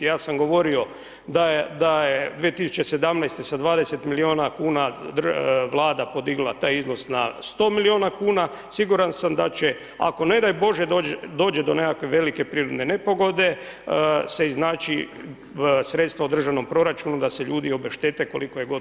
Ja sam govorio da je 2017.-te sa 20 milijuna kuna Vlada podigla taj iznos na 100 milijuna kuna, siguran sam da će, ako ne daj Bože dođe do nekakve velike prirodne nepogode, se iznaći sredstva u državnom proračunu da se ljudi obeštete koliko god je to moguće.